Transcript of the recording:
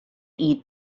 eat